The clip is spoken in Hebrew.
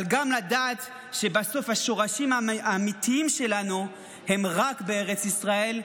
אבל גם לדעת שבסוף השורשים האמיתיים שלנו הם רק בארץ ישראל,